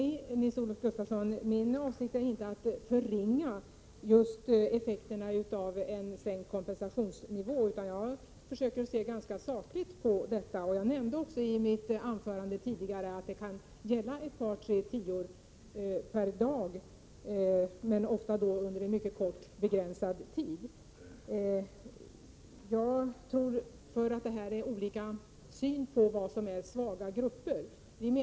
Fru talman! Min avsikt är inte att förringa effekterna av en sänkt kompensationsnivå, Nils-Olof Gustafsson, utan jag försöker se ganska sakligt på detta. Jag nämnde också i mitt anförande tidigare att det kan gälla ett par tre tior per dag, men ofta under en mycket begränsad tid. Jag tror att vi har olika bedömning av vad svaga grupper är.